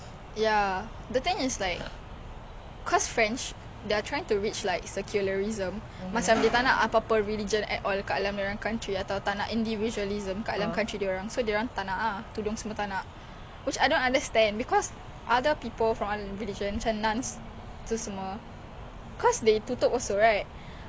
because they tutup also right I'm not saying they shouldn't also I'm saying like why the double standards macam kita orang tak boleh dia orang boleh and then the french the macaron you know the french cookie the president ya dia kata dia tak suka hijab cause we look scary